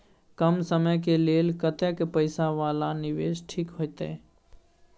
कम समय के लेल कतेक पैसा वाला निवेश ठीक होते?